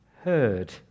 heard